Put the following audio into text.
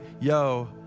yo